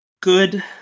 good